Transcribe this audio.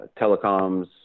telecoms